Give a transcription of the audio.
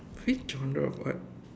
which genre of art